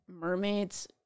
mermaids